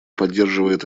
поддерживает